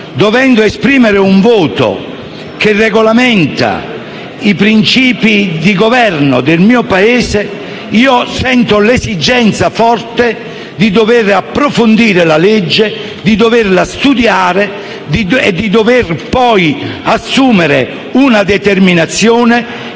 Dovendo esprimere un voto che regolamenta i principi di governo del mio Paese, io sento l'esigenza forte di dover approfondire la legge, di doverla studiare e di dover poi assumere una determinazione